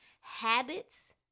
habits